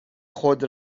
خود